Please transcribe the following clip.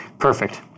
Perfect